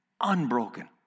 unbroken